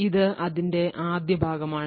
ഇത് അതിന്റെ ആദ്യ ഭാഗമാണ്